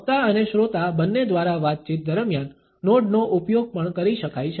વક્તા અને શ્રોતા બંને દ્વારા વાતચીત દરમિયાન નોડનો ઉપયોગ પણ કરી શકાય છે